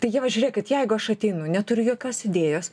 tai ieva žiūrėkit jeigu aš ateinu neturiu jokios idėjos